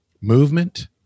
movement